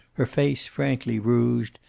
her face frankly rouged,